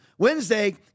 Wednesday